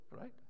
right